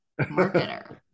Marketer